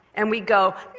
and we'd go,